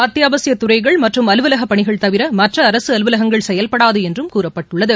அத்தியாவசிய துறைகள் மற்றும் அலுவலகப் பணிகள் தவிர மற்ற அரசு அலுவலகங்கள் செயல்படாது என்றும் கூறப்பட்டுள்ளது